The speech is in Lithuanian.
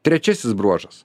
trečiasis bruožas